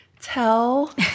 Tell